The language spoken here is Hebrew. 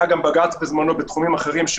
היה בג"ץ בזמנו בתחומים אחרים,